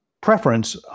preference